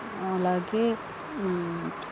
అలాగే